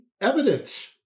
evidence